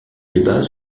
débat